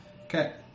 Okay